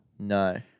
No